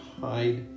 hide